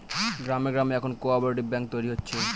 গ্রামে গ্রামে এখন কোঅপ্যারেটিভ ব্যাঙ্ক তৈরী হচ্ছে